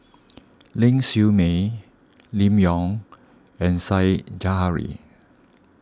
Ling Siew May Lim Yau and Said Zahari